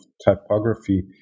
typography